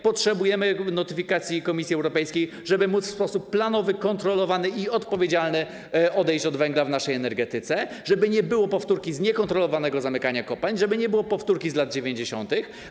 Potrzebujemy notyfikacji Komisji Europejskiej, żeby móc w sposób planowy, kontrolowany i odpowiedzialny odejść od węgla w naszej energetyce, żeby nie było powtórki z niekontrolowanego zamykania kopalń, żeby nie było powtórki z lat 90.